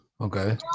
Okay